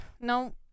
no